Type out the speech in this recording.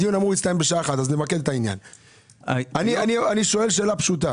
אני שואל שאלה פשוטה